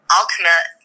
ultimate